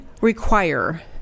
require